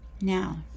Now